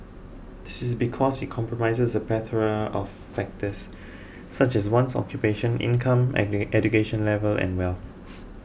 this is because it comprises a plethora of factors such as one's occupation income education level and wealth